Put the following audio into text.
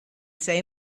say